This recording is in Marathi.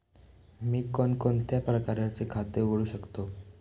मी कोणकोणत्या प्रकारचे खाते उघडू शकतो?